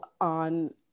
on